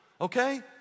okay